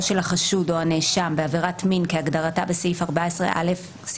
של החשוד או הנאשם בעבירת מין כהגדרתה בסעיף 14א(ד)